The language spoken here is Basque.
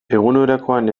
egunerokoan